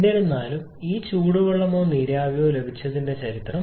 എന്നിരുന്നാലും ഈ ചൂടുവെള്ളമോ നീരാവിയോ ലഭിച്ചതിന്റെ ചരിത്രം